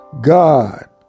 God